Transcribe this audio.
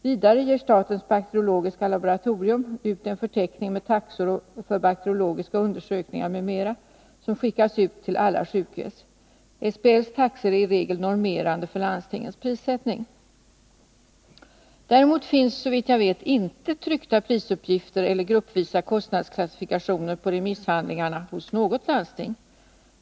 Vidare ger statens bakteriologiska laboratorium ut en förteckning med taxor för bakteriologiska undersökningar m.m. som skickas till alla sjukhus. SBL:s taxor är i regel normerande för landstingens prissättning. Däremot finns, såvitt jag vet, inte tryckta prisuppgifter eller gruppvisa kostnadsklassifikationer på remisshandlingarna hos något landsting.